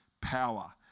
power